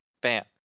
Bam